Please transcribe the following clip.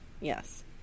Yes